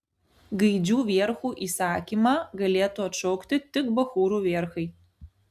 gaidžių vierchų įsakymą galėtų atšaukti tik bachūrų vierchai